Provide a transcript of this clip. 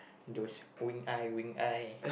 those wink eye wink eye